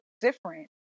different